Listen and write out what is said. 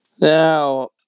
Now